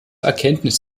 erkenntnis